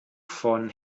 von